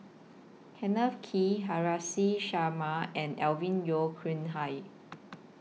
Kenneth Kee Haresh Sharma and Alvin Yeo Khirn Hai